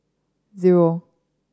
zero